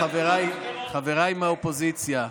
חבריי מהאופוזיציה,